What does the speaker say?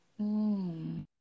-hmm